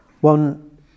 one